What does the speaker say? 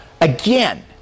Again